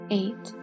eight